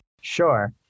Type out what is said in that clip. Sure